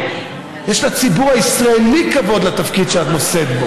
יש לציבור הישראלי כבוד לתפקיד שאת נושאת.